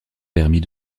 permit